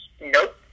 Nope